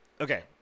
Okay